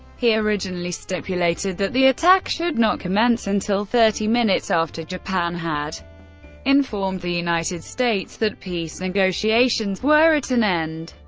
he originally stipulated that the attack should not commence until thirty minutes after japan had informed the united states that peace negotiations were at an end.